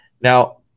Now